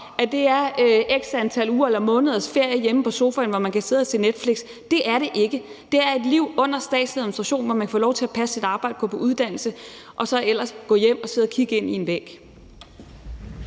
om det er x antal ugers eller måneders ferie hjemme på sofaen, hvor man kan sidde og se Netflix. Det er det ikke. Det er et liv under statslig administration, hvor man får lov til passe sit arbejde, gå på uddannelse og så ellers gå hjem og sidde og kigge ind i en væg.